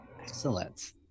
Excellent